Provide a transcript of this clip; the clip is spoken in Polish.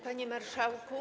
Panie Marszałku!